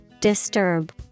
Disturb